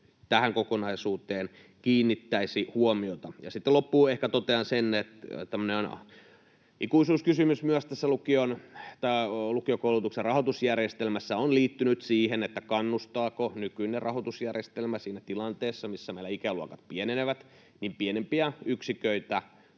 tähän kokonaisuuteen kiinnittäisi huomiota. Ja sitten loppuun ehkä totean sen, että tämmöinen ikuisuuskysymys tässä lukiokoulutuksen rahoitusjärjestelmässä on liittynyt myös siihen, kannustaako nykyinen rahoitusjärjestelmä siinä tilanteessa, missä meillä ikäluokat pienenevät, pienempiä yksiköitä